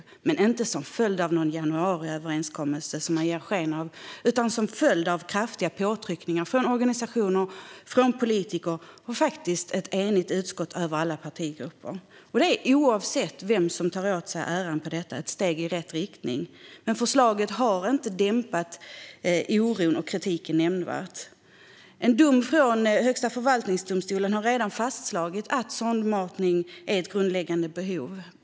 Man har dock inte gjort detta som en följd av någon januariöverenskommelse, som man ger sken av, utan som en följd av kraftiga påtryckningar från organisationer, från politiker och - faktiskt - från ett utskott där alla partigrupper är eniga. Oavsett vem som tar åt sig äran för detta är det ett steg i rätt riktning, men förslaget har inte dämpat oron och kritiken nämnvärt. En dom från Högsta förvaltningsdomstolen har redan fastslagit att sondmatning är ett grundläggande behov.